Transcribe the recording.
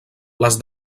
les